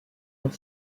dans